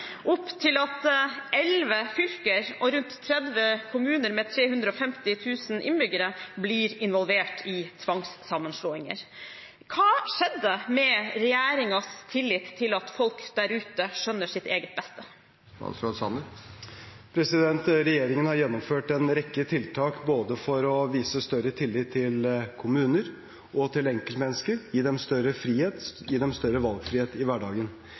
opp til at 11 fylker og rundt 30 kommuner med 350 000 innbyggere blir involvert i tvangssammenslåinger. Hva skjedde med regjeringens tillit til at folk der ute skjønner sitt eget beste? Regjeringen har gjennomført en rekke tiltak både for å vise større tillit til kommuner og enkeltmennesker og for å gi dem større frihet og valgfrihet i hverdagen.